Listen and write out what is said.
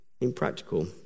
impractical